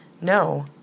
no